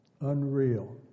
unreal